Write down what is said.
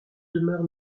demeure